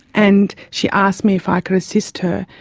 and she asked me if i could assist her.